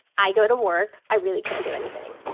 i go to work. i really can't do anything.